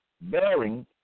bearing